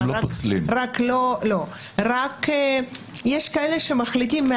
רק יש כאלה שמחליטים,